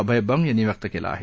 अभय बंग यांनी व्यक्त केला आहे